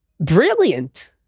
brilliant